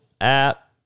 App